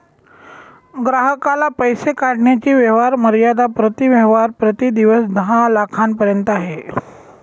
ग्राहकाला पैसे काढण्याची व्यवहार मर्यादा प्रति व्यवहार प्रति दिवस दहा लाखांपर्यंत आहे